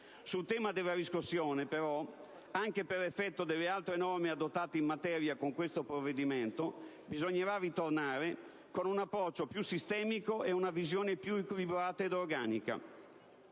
Sul tema della riscossione, però, anche per effetto delle altre norme adottate in materia con questo provvedimento, bisognerà ritornare con un approccio più sistemico e una visione più equilibrata ed organica,